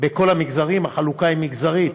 בכל המגזרים, החלוקה היא מגזרית,